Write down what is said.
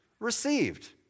received